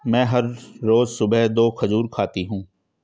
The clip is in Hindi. मैं हर रोज सुबह दो खजूर खाती हूँ